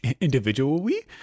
individually